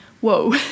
whoa